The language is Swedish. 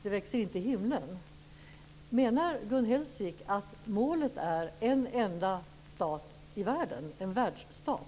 Det växer inte till himlen. Menar Gun Hellsvik att målet är en enda stat i världen, en världsstat?